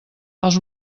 els